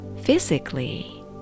physically